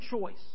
choice